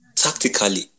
tactically